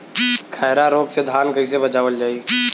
खैरा रोग से धान कईसे बचावल जाई?